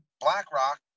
BlackRock